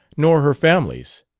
nor her family's.